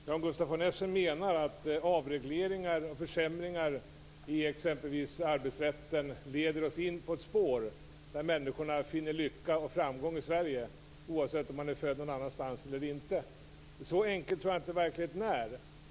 Fru talman! Menar Gustaf von Essen att avregleringar och försämringar i exempelvis arbetsrätten leder oss in på ett spår där människorna finner lycka och framgång i Sverige, oavsett om de är födda någon annanstans eller inte? Så enkel tror jag inte att verkligheten är.